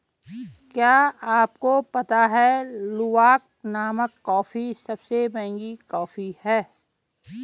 क्या आपको पता है लूवाक नामक कॉफ़ी सबसे महंगी कॉफ़ी है?